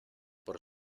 por